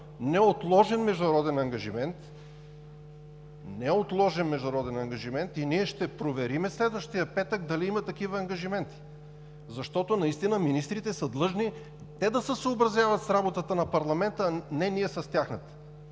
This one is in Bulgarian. Неотложен международен ангажимент! Ние ще проверим следващия петък дали има такива ангажименти, защото наистина министрите са длъжни да се съобразяват с работата на парламента, а не ние с тяхната.